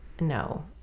No